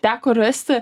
teko rasti